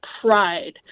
pride